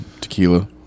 tequila